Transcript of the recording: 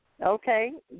Okay